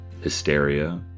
hysteria